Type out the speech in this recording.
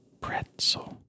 Pretzel